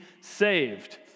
saved